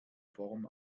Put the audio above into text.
form